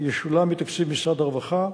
ישולם מתקציב משרד הרווחה.